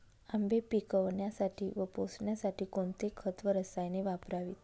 आंबे पिकवण्यासाठी व पोसण्यासाठी कोणते खत व रसायने वापरावीत?